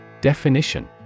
Definition